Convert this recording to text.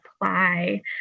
apply